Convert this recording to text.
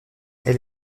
elle